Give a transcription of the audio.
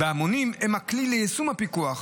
המונים הם הכלי ליישום הפיקוח.